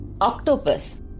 octopus